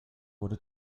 wurde